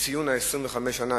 לציון 25 שנה.